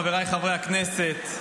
חבריי חברי הכנסת,